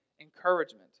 encouragement